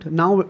now